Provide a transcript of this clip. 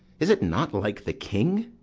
is it not like the king?